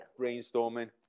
brainstorming